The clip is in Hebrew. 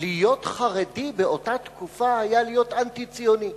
להיות חרדי באותה תקופה היה להיות אנטי-ציוני,